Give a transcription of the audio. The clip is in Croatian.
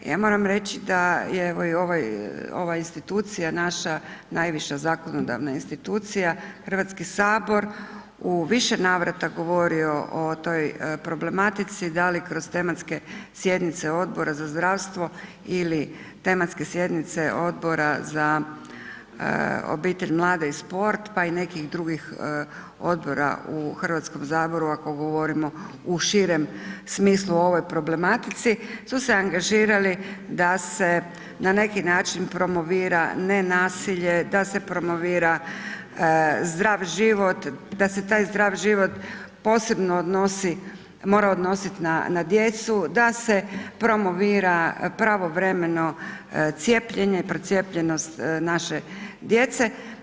Ja moram reći da je evo ova institucija naša, najviša zakonodavna institucija, HS u više navrata govorio o toj problematici, da li kroz tematske sjednice Odbora za zdravstvo ili tematske sjednice Odbora za obitelj, mlade i sport pa i nekih drugih odbora u HS-u, ako govorimo u širem smislu u ovoj problematici su se angažirali da se na neki način promovira nenasilje, da se promovira zdrav život, da se taj zdrav život posebno odnosi mora odnositi na djecu, da se promovira pravovremeno cijepljenje i procijepljenost naše djece.